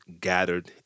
gathered